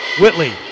Whitley